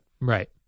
Right